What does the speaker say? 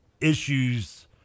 issues